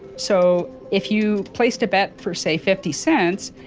so, if you placed a bet for, say, fifty cents,